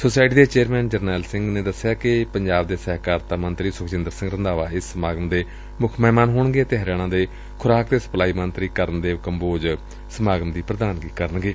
society ਦੇ chairman Jarnail Singh ਨੇ ਦਸਿਆ ਕਿ ਪੰਜਾਬ ਦੇ ਸਹਿਕਾਰਤਾ ਮੰਤਰੀ ਸੁਖਜਿੰਦਰ ਸਿੰਘ ਰੰਧਾਵਾ ਇਸ ਸਮਾਗਮ ਦੇ ਮੁੱਖ ਮਹਿਮਾਨ ਹੋਣਗੇ ਅਤੇ ਹਰਿਆਣਾ ਦੇ ਖੁਰਾਕ ਤੇ ਸਪਲਾਈ ਮੰਤਰੀ ਕਰਨ ਦੇਵ ਕੰਬੋਜ ਸਮਾਗਮ ਦੀ ਪ੍ਰਧਾਨਗੀ ਕਰਨਗੇ